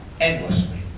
Endlessly